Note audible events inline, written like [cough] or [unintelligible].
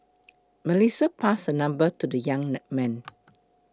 Melissa passed her number to the young [unintelligible] man